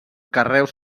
carreus